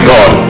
God